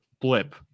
blip